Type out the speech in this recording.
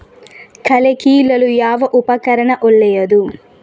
ಕಳೆ ಕೀಳಲು ಯಾವ ಉಪಕರಣ ಒಳ್ಳೆಯದು?